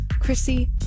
Chrissy